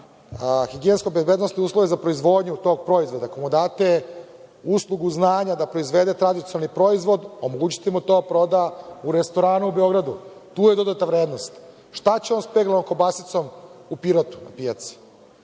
higijensko-bezbednosne uslove za proizvodnju tog proizvoda, ako mu date uslugu znanja da proizvede tradicionalni proizvod, omogućite mu da to proda u restoranu u Beogradu. Tu je dodatna vrednost. Šta će on sa peglanom kobasicom u Pirotu na pijaci?